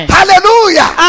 Hallelujah